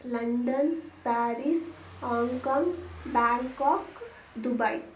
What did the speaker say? London Paris Hong Kong Bangkok Dubai